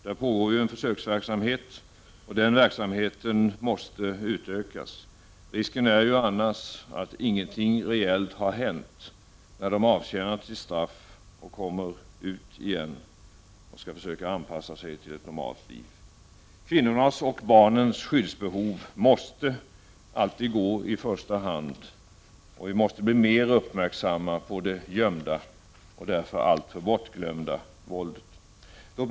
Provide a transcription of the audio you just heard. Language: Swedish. Det pågår en försöksverksamhet, och den verksamheten måste utökas. Risken är ju annars att inget rejält hänt när våldsmännen har avtjänat sina straff och kommer ut igen och skall försöka anpassa sig till ett normalt liv. Kvinnors och barns skyddsbehov måste alltid gå i första hand, och vi måste bli mer uppmärksamma på det gömda och därför alltför bortglömda våldet.